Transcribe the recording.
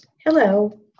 Hello